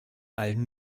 allen